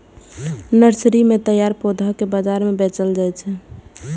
nursery मे तैयार पौधा कें बाजार मे बेचल जाइ छै